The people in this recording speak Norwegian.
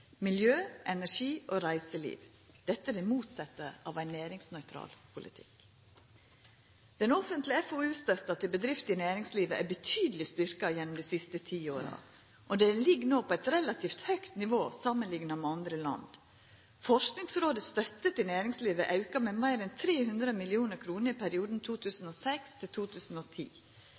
miljø, energi og reiseliv, er det motsette av ein næringsnøytral politikk. Den offentlege FoU-støtta til bedrifter i næringslivet er betydeleg styrkt gjennom dei siste ti åra og ligg no på eit relativt høgt nivå samanlikna med andre land. Forskingsrådet si støtte til næringslivet auka med meir enn 300 mill. kr i perioden 2006–2010. I 2010